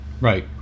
Right